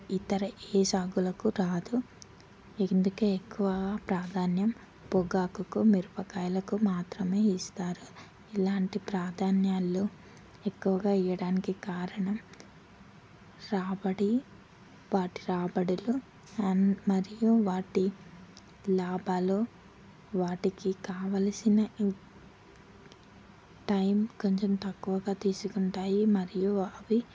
ఇతర ఏ సాగులకు రాదు ఇందుకే ఎక్కువ ప్రాధాన్యం పొగాకు మిరపకాయలకు మాత్రమే ఇస్తారు ఇలాంటి ప్రాధాన్యాలు ఎక్కువగా ఇవ్వడానికి కారణం రాబడి వాటి రాబడులు అండ్ మరియు వాటి లాభాలు వాటికి కావలసిన ఇం టైం కొంచెం తక్కువగా తీసుకుంటాయి మరియు అవి